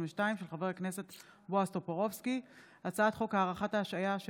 (תקופה מרבית לכהונה בתפקיד ראש הממשלה); הצעת חוק משפחות חיילים שנספו